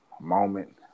moment